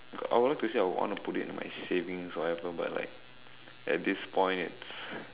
I would like to say I would want put it to my savings or whatever but like at this point it's